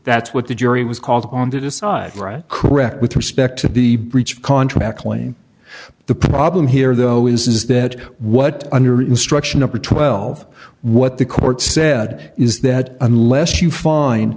that's what the jury was called on to decide right correct with respect to the breach of contract claim the problem here though is is that what under instruction upper twelve what the court said is that unless you fin